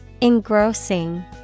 Engrossing